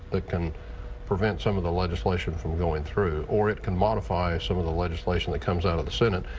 that can prevent some of the legislation from going through. or it can modify some of the legislation that comes out of the senate.